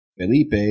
Felipe